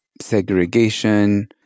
segregation